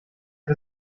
hat